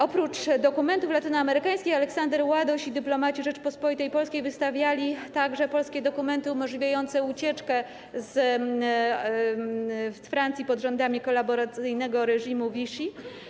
Oprócz dokumentów latynoamerykańskich Aleksander Ładoś i dyplomaci Rzeczypospolitej Polskiej wystawiali także polskie dokumenty umożliwiające ucieczkę z Francji znajdującej się pod rządami kolaboracyjnego reżimu Vichy.